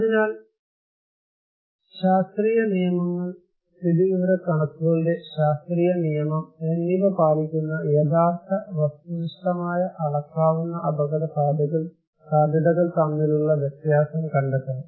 അതിനാൽ ശാസ്ത്രീയ നിയമങ്ങൾ സ്ഥിതിവിവരക്കണക്കുകളുടെ ശാസ്ത്രീയ നിയമം എന്നിവ പാലിക്കുന്ന യഥാർത്ഥ വസ്തുനിഷ്ഠമായ അളക്കാവുന്ന അപകടസാധ്യതകൾ തമ്മിലുള്ള വ്യത്യാസം കണ്ടെത്തണം